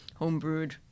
homebrewed